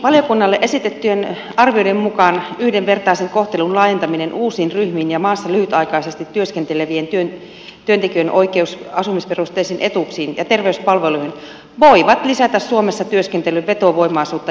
valiokunnalle esitettyjen arvioiden mukaan yhdenvertaisen kohtelun laajentaminen uusiin ryhmiin ja maassa lyhytaikaisesti työskentelevien työntekijöiden oikeus asumisperusteisiin etuuksiin ja terveyspalveluihin voivat lisätä suomessa työskentelyn vetovoimaisuutta jossain määrin